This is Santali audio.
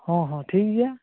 ᱦᱚᱸ ᱦᱚᱸ ᱴᱷᱤᱠ ᱜᱮᱭᱟ